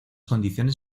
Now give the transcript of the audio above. condiciones